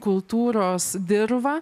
kultūros dirvą